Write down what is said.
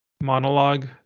monologue